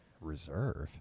Reserve